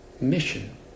mission